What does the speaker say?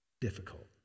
difficult